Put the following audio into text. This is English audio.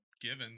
given